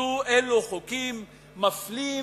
אלו חוקים מפלים,